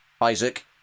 Isaac